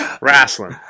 Wrestling